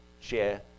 share